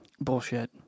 bullshit